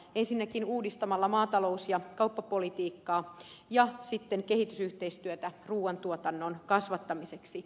ensinnäkin uudistamalla maatalous ja kauppapolitiikkaa ja sitten kehitysyhteistyötä ruuan tuotannon kasvattamiseksi